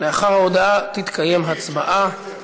לאחר ההודעה תתקיים הצבעה.